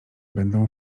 będą